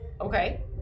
Okay